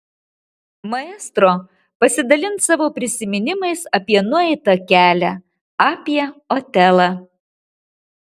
maestro pasidalins savo prisiminimais apie nueitą kelią apie otelą